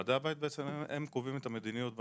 וועדי בית קובעים את המדיניות במקום,